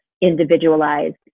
individualized